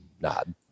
nod